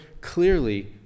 clearly